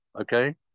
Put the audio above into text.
Okay